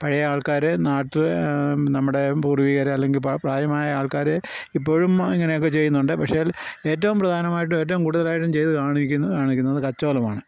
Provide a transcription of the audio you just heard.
പഴയ ആൾക്കാർ നാട്ടിൽ നമ്മുടെ പൂർവികരല്ലെങ്കിൽ പ്രായമായ ആൾക്കാർ ഇപ്പോഴും ഇങ്ങനെയൊക്കെ ചെയ്യുന്നുണ്ട് പക്ഷേ ഏറ്റവും പ്രധാനമായിട്ടും ഏറ്റവും കൂടുതലായിട്ടും ചെയ്ത കാണിക്കുന്നത് കാണിക്കുന്നത് കച്ചോലമാണ്